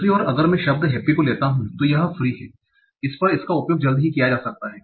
दूसरी ओर अगर मैं शब्द हैप्पी को लेता हूँ तो यह फ्री है इस पर इसका उपयोग जल्द ही किया जा सकता है